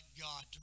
God